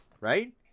right